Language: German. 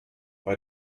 bei